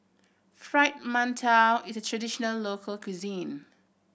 Fried Mantou is a traditional local cuisine